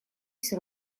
все